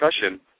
discussion